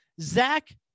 Zach